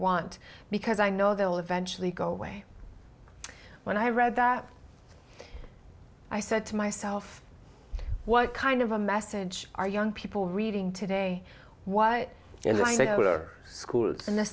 want because i know they'll eventually go away when i read that i said to myself what kind of a message are young people reading today what they like to school in the